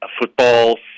football